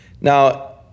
Now